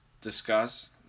discuss